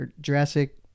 Jurassic